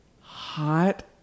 hot